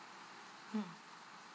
mm